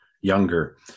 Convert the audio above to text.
younger